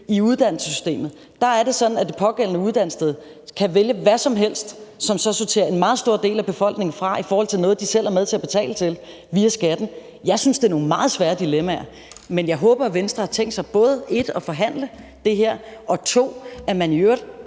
i uddannelsessystemet, er sådan, at det pågældende uddannelsessted kan vælge hvad som helst, hvilket så sorterer en meget stor del af befolkningen fra i forhold til noget, de selv er med til at betale til via skatten? Jeg synes, det er nogle meget svære dilemmaer. Men jeg håber, 1) at Venstre har tænkt sig at forhandle det her, og 2) at man i øvrigt